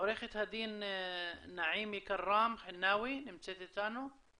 עורכת הדין נעימה כראם חנאווי מהפרקליטות נמצאת איתנו?